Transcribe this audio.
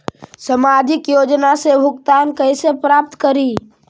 सामाजिक योजना से भुगतान कैसे प्राप्त करी?